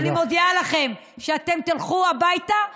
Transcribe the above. ואני מודיעה לכם שאתם אם תלכו הביתה ומהר,